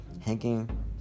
hanging